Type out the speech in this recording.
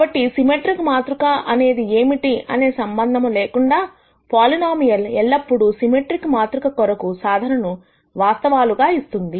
కాబట్టి సిమెట్రిక్ మాతృక అనేది ఏమిటి అనే సంబంధము లేకుండా పోలినోమియల్ ఎల్లప్పుడూ సిమెట్రిక్ మాతృక కొరకు సాధనను వాస్తవాలుగా ఇస్తుంది